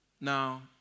Now